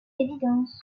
évidence